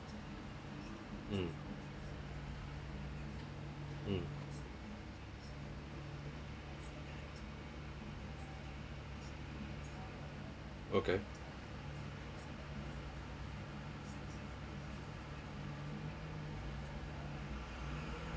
mm mm okay